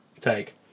take